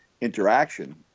interaction